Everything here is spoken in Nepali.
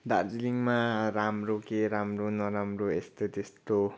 दार्जिलिङमा राम्रो के राम्रो नराम्रो यस्तो त्यस्तो